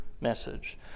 message